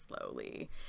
slowly